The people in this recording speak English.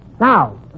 Now